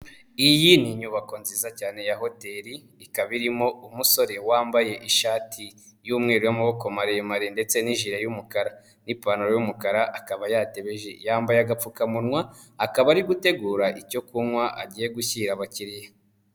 Iyi ni inyubako nziza cyane ya hotel. Ikaba irimo umusore wambaye ishati y'umweru y'amaboko maremare ndetse n'injire y'umukara n'ipantaro y'umukara. Akaba yambaye agapfukamunwa, akaba ari gutegura icyo kunywa agiye gushyira abakiriya.